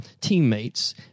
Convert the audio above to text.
teammates